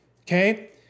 okay